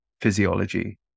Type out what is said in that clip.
physiology